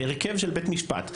בהרכב של בית משפט,